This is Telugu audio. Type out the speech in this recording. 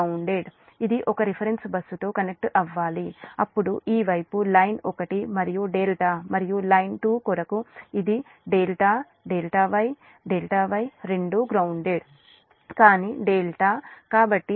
ఇది ఒక రిఫరెన్స్ బస్సుతో కనెక్ట్ అవ్వాలి అప్పుడు ఈ వైపు లైన్ 1 కొరకు డెల్టా మరియు లైన్ 2 కొరకు ఇది ∆∆ Y ∆ Y రెండూ గ్రౌన్దేడ్ కానీ డెల్టా కాబట్టి